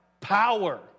power